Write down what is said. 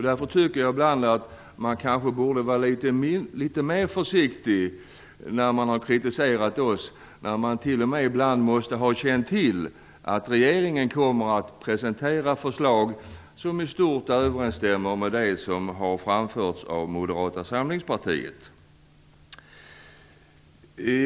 Därför tycker jag att man kanske borde vara litet försiktigare när man kritiserar oss. Ibland måste man t.o.m. ha känt till att regeringen skulle presentera förslag som i stort överensstämde med dem som Moderata samlingspartiet hade framfört.